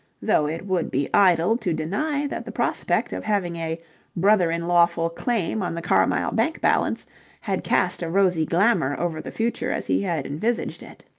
though it would be idle to deny that the prospect of having a brother-in-lawful claim on the carmyle bank-balance had cast a rosy glamour over the future as he had envisaged it.